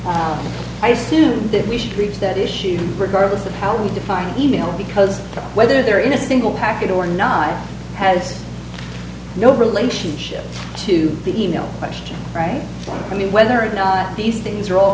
i assume that we should reach that issue regardless of how we define email because whether they're in a single package or not has no relationship to the e mail question right and whether or not these things are all